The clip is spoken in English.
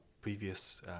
previous